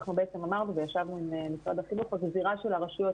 וישבנו עם משרד החינוך ה -- -של הרשויות